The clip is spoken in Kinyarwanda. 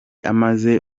amaze